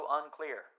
unclear